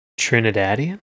Trinidadian